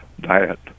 diet